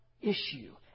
issue